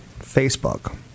facebook